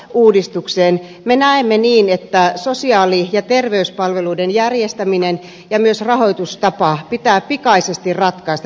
me näemme niin että sosiaali ja terveyspalveluiden järjestäminen ja myös rahoitustapa pitää pikaisesti ratkaista